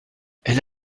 elle